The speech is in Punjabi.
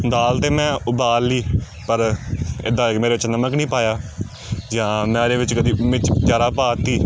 ਦਾਲ ਤਾਂ ਮੈਂ ਉਬਾਲ ਲਈ ਪਰ ਇਹਦਾ ਕਿ ਮੈਂ ਇਹਦੇ 'ਚ ਨਮਕ ਨਹੀਂ ਪਾਇਆ ਜਾਂ ਮੈਂ ਇਹਦੇ ਵਿੱਚ ਕਦੀ ਮਿਰਚ ਜ਼ਿਆਦਾ ਪਾ 'ਤੀ